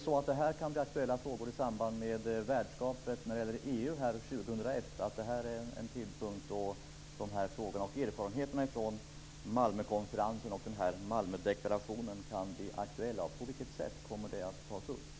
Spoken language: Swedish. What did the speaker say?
Kan det här bli aktuella frågor i samband med värdskapet för EU år 2001, så att det blir en tidpunkt då de här frågorna och erfarenheterna från Malmökonferensen och Malmödeklarationen kan bli aktuella? På vilket sätt kommer det att tas upp?